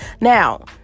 Now